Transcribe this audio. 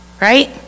right